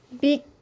big